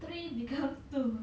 three becomes two